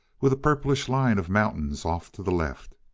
with a purplish line of mountains off to the left.